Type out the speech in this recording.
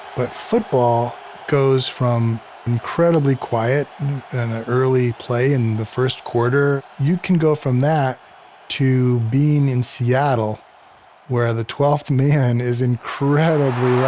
but football goes from incredibly quiet early play in the first quarter. you can go from that to being in seattle where the twelfth man is incredibly yeah